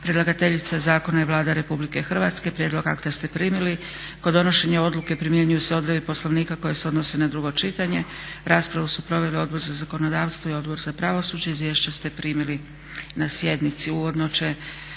Predlagateljica zakona je Vlada RH. Prijedlog akta ste primili. Kod donošenja odluke primjenjuju se odredbe Poslovnika koje se odnose na drugo čitanje. Raspravu su proveli Odbor za zakonodavstvo i Odbor za pravosuđe. Izvješće ste primili na sjednici. Uvodno